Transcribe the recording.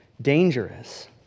dangerous